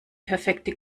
perfekte